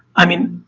i mean,